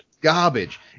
garbage